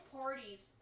parties